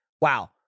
wow